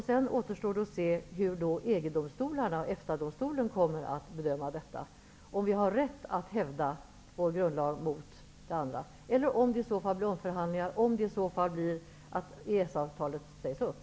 Sedan återstår det att se hur EG-domstolarna och EFTA-domstolen kommer att bedöma detta, om vi har rätt att hävda vår grundlag, eller om det blir omförhandlingar och om EES-avtalet i så fall sägs upp.